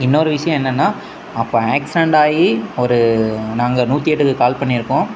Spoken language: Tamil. இன்னொரு விஷயம் என்னன்னால் அப்போ ஆக்சிடெண்ட் ஆகி ஒரு நாங்கள் நூற்றி எட்டுக்கு கால் பண்ணி இருக்கோம்